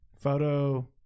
photo